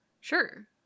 Sure